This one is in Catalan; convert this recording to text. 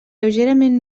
lleugerament